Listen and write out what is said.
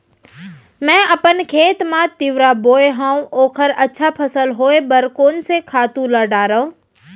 मैं अपन खेत मा तिंवरा बोये हव ओखर अच्छा फसल होये बर कोन से खातू ला डारव?